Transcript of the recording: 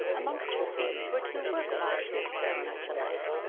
amongst her things were two workboxes very much alike.